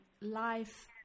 life